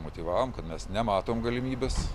motyvavom kad mes nematom galimybės